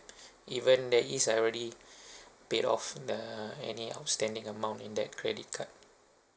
even there is I already paid off the any outstanding amount in that credit card